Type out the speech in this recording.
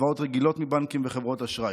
הלוואות רגילות מבנקים וחברות אשראי.